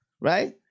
Right